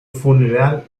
funeral